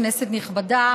כנסת נכבדה,